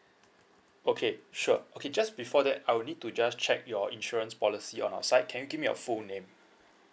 okay sure okay just before that I would need to just check your insurance policy on our side can you give me your full name